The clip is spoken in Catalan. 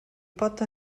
pot